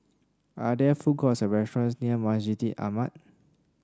are there food courts or restaurants near Masjid Ahmad